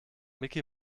micky